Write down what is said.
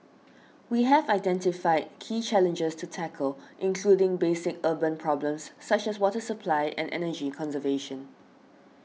we have identified key challenges to tackle including basic urban problems such as water supply and energy conservation